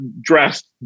dressed